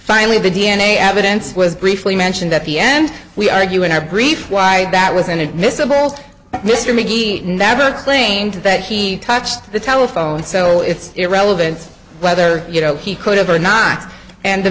finally the d n a evidence was briefly mentioned at the end we argue in our brief why that was inadmissible mr mcgee never claimed that he touched the telephone so it's irrelevant whether you know he could have or not and the